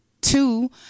two